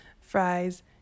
fries